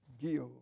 give